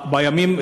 בימים,